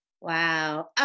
Wow